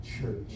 church